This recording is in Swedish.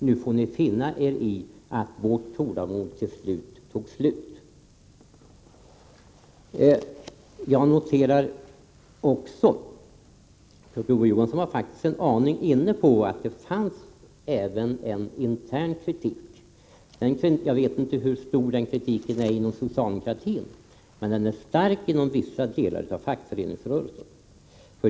Nu får ni finna er i att vårt tålamod till sist har tagit slut. Jag noterar också att Kurt Ove Johansson faktiskt i någon mån var inne på att det fanns även en intern kritik. Jag vet inte hur stor kritiken är inom socialdemokratin, men den är stark inom vissa delar av fackföreningsrörelsen.